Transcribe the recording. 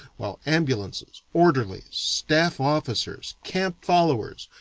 while ambulances, orderlies, staff officers, camp followers,